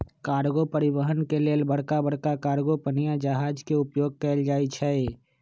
cargo परिवहन के लेल बड़का बड़का कार्गो पनिया जहाज के उपयोग कएल जाइ छइ